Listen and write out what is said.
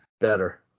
Better